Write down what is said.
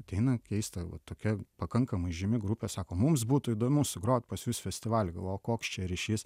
ateina keista va tokia pakankamai žymi grupė sako mums būtų įdomu sugrot pas jus festivaly galvoju o koks čia ryšys